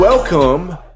Welcome